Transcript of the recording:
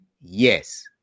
yes